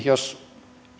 jos